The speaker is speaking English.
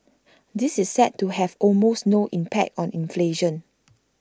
this is set to have almost no impact on inflation